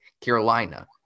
Carolina